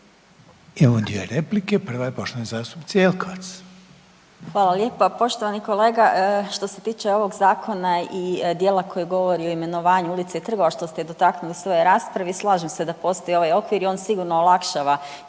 zastupnice Jelkovac. **Jelkovac, Marija (HDZ)** Hvala lijepa. Poštovani kolega, što se tiče ovog Zakona i dijela koji govori o imenovanju ulica i trgova, što ste i dotaknuli u svojoj raspravi, slažem se da postoji ovaj okvir i on sigurno olakšava